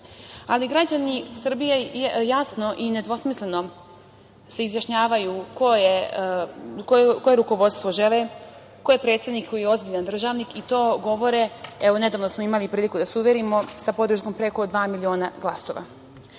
građani Srbije jasno i nedvosmisleno se izjašnjavaju koje rukovodstvo žele, ko je predsednik koji je ozbiljan državnik, i to govore, evo, nedavno smo imali priliku da se uverimo, sa podrškom od preko dva miliona glasova.